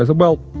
ah well,